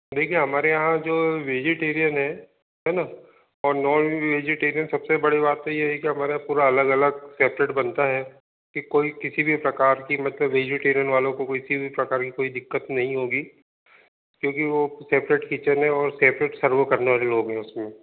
देखिए हमारे यहाँ जो वेजिटेरियन है है न और नॉन वेजिटेरियन सबसे बड़ी बात तो ये है की हमारा पूरा अलग अलग सेपरेट बनता है कि कोई किसी भी प्रकार की मतलब वेजिटेरियन वालों को कोई चीज़ किसी प्रकार की दिक्कत नहीं होगी क्योंकि वो सेपरेट किचन है और सेपरेट सर्व करने वाले लोग भी हैं उसमें